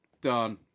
done